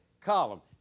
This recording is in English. column